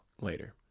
later